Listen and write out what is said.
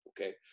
okay